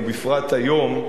ובפרט היום,